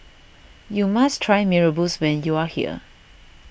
you must try Mee Rebus when you are here